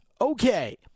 Okay